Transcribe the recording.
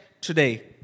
today